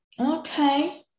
Okay